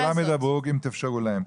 כולם ידברו אם תאפשרו להם.